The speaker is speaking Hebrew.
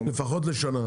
לפחות לשנה,